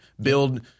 build